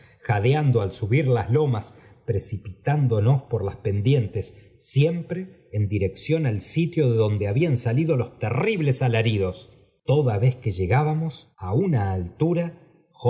jadeando al subir las lomas precipitándonos por las pendientes siempre en dirección al sitio de donde habían salido lo terribles alaridos toda vez que llegábamos á una altura